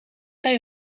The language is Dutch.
bij